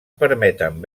permeten